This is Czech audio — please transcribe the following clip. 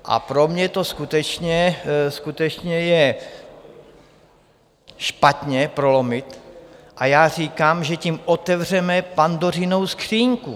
A pro mě to skutečně je špatně prolomit a já říkám, že tím otevřeme Pandořinou skříňku.